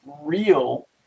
real